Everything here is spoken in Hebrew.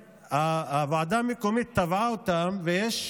הוועדה המקומית תבעה אותם ויש